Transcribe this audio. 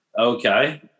Okay